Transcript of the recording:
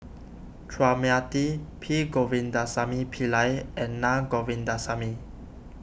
Chua Mia Tee P Govindasamy Pillai and Naa Govindasamy